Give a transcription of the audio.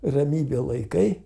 ramybę laikai